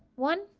one.